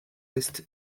est